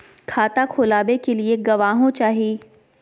खाता खोलाबे के लिए गवाहों चाही?